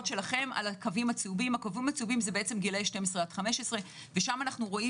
הקווים הצהובים זה גילאי 12 עד 15 ושם אנו רואים